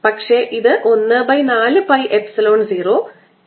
പക്ഷേ ഇത് 14 pi epsilon 0